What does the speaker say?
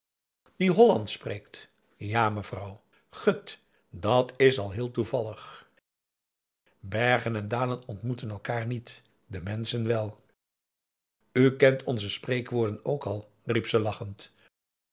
die hollandsen spreekt ja mevrouw gut dat is al heel toevallig bergen en dalen ontmoeten elkaar niet de menschen wel u kent onze spreekwoorden ook al riep ze lachend